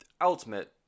ultimate